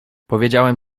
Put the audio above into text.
powiedziałem